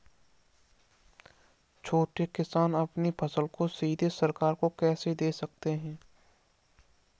छोटे किसान अपनी फसल को सीधे सरकार को कैसे दे सकते हैं?